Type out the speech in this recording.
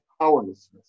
powerlessness